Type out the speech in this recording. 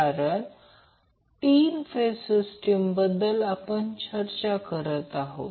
कारण आपण 3 phase system बद्दल चर्चा करत आहोत